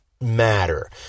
matter